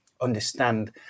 understand